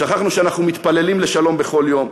שכחנו שאנחנו מתפללים לשלום בכל יום,